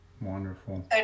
Wonderful